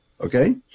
Okay